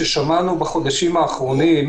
הסכמת גם איתי בהיגיון שלי, אני חושב שזה